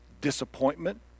disappointment